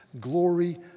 Glory